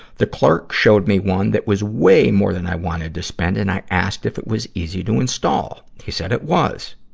the clerk showed me one that was way more than i wanted to spend and i asked if it was easy to install. he said it was.